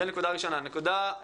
נקודה שנייה ואחרונה.